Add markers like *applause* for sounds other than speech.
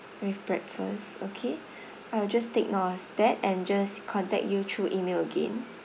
with breakfast okay *breath* I will just take note of that and just contact you through email again